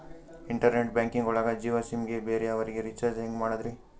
Internet banking ಒಳಗ Jio sim ಗೆ ಬೇರೆ ಅವರಿಗೆ ರೀಚಾರ್ಜ್ ಹೆಂಗ್ ಮಾಡಿದ್ರಿ?